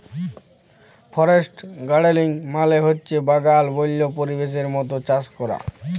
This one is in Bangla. ফরেস্ট গাড়েলিং মালে হছে বাগাল বল্য পরিবেশের মত চাষ ক্যরা